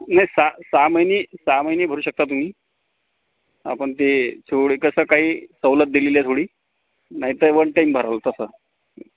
नाही सहा महिने सहा महिने भरू शकता तुम्ही पण ते थोडी कसं काही सवलत दिलेली आहे थोडी नाही तर वनटाईम भराल तसं